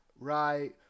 Right